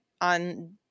on